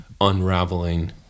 unraveling